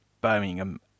Birmingham